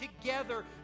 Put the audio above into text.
together